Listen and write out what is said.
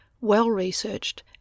well-researched